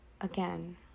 again